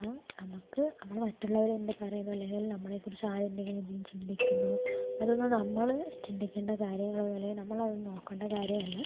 ആ നമുക്ക് നമ്മള് മറ്റുള്ളവർ എന്ത് പറയുന്നു അല്ലെങ്കിൽ നമ്മളെ കുറിച്ച് ആര് എന്തെങ്കിലും ചിന്തിക്കുന്നു അത് ഒന്നും നമ്മള് ചിന്തിക്കേണ്ട കാര്യങ്ങൾ ഒന്നും അല്ലെങ്കിൽ നമ്മള് അത് ഒന്നും നോക്കേണ്ട കാര്യമല്ല